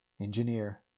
Engineer